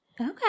Okay